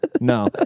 No